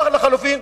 או לחלופין,